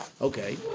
Okay